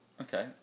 Okay